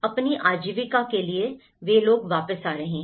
अपनी आजीविका के लिए वापस आ रहा है